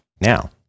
now